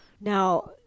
Now